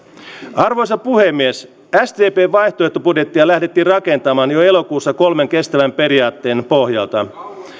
arvoisa puhemies sdpn vaihtoehtobudjettia lähdettiin rakentamaan jo elokuussa kolmen kestävän periaatteen pohjalta